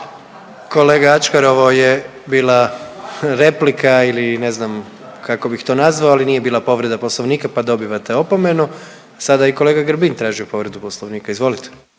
Kolega Ačkar, ovo je bila replika ili ne znam kako bih to nazvao, ali nije bila povreda Poslovnika, pa dobivate opomenu. Sada i kolega Grbin traži povredu Poslovnika, izvolite.